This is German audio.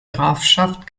grafschaft